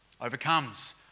overcomes